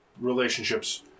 relationships